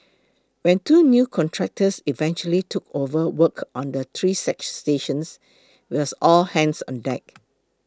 when two new contractors eventually took over work on the three stations wells all hands on deck